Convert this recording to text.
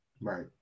Right